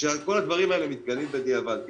כל הדברים האלה מתגלים בדיעבד.